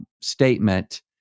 statement